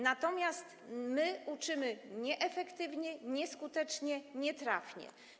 Natomiast uczymy nieefektywnie, nieskutecznie, nietrafnie.